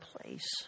place